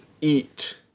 eat